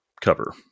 cover